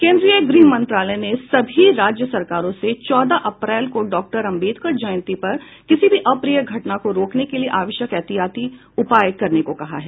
केंद्रीय गृह मंत्रालय ने सभी राज्य सरकारों से चौदह अप्रैल को डॉ आम्बेडकर जयंती पर किसी भी अप्रिय घटना को रोकने के लिए आवश्यक एहतियाती उपाय करने को कहा है